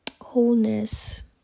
wholeness